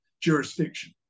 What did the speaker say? jurisdiction